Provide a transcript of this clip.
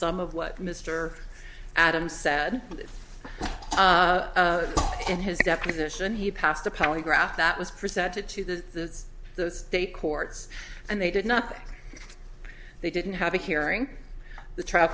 some of what mr adams said in his deposition he passed a polygraph that was presented to the the state courts and they did not they didn't have a hearing the trial